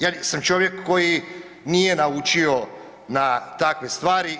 Ja sam čovjek koji nije naučio na takve stvari.